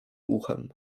uchem